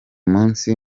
munsi